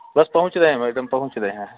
बस पहुँच गए हैं मैडम पहुँच रहे हैं